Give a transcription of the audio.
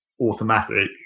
automatic